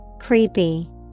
creepy